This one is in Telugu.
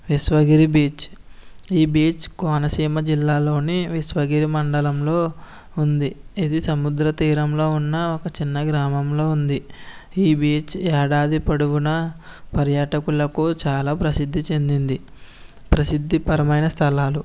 విశ్వగిరి బీచ్ ఈ బీచ్ కోనసీమ జిల్లాలోని విశ్వగిరి మండలంలో ఉంది ఇది సముద్ర తీరంలో ఉన్న ఒక చిన్న గ్రామంలో ఉంది ఈ బీచ్ ఏడాది పొడవునా పర్యాటకులకు చాలా ప్రసిద్ది చెందింది ప్రసిద్దిపరమైన స్థలాలు